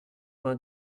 vingt